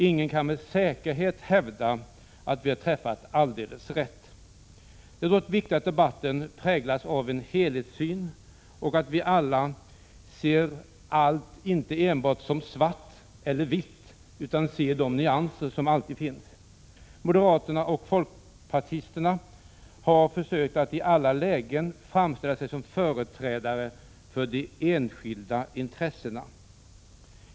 Ingen kan med säkerhet hävda att vi har träffat alldeles rätt. Det är dock viktigt att debatten präglas av en helhetssyn och att vi alla inte enbart ser allt i svart eller vitt utan också ser de nyanser som finns. Moderaterna och folkpartisterna har försökt att i alla lägen framställa sig som företrädare för de enskilda intressena.